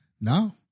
No